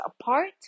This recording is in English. apart